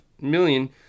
million